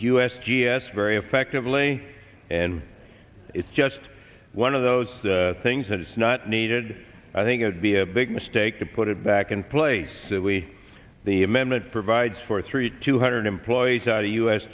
s very effectively and it's just one of those things that is not needed i think it would be a big mistake to put it back in place that we the amendment provides for three two hundred employees the u s